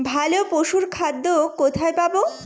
ভালো পশুর খাদ্য কোথায় পাবো?